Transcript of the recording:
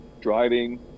driving